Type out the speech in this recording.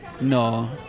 No